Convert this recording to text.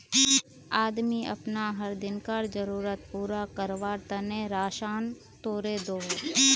आदमी अपना हर दिन्कार ज़रुरत पूरा कारवार तने राशान तोड़े दोहों